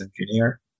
engineer